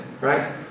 right